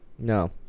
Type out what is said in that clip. No